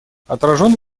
отражен